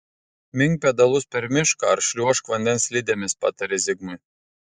mink pedalus per mišką ar šliuožk vandens slidėmis patarė zigmui